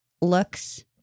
looks